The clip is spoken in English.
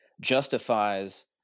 justifies